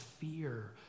fear